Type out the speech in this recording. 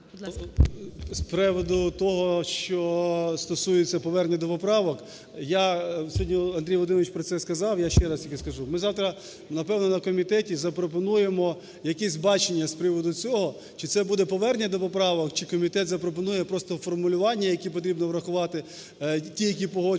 З приводу того, що стосується повернення до поправок. Я… Андрій Володимирович про це сказав, я ще раз тільки скажу. Ми завтра, напевне, на комітеті запропонуємо якесь бачення з приводу цього: чи це буде повернення до поправок, чи комітет запропонує просто формулювання, які потрібно врахувати ті, які погоджені.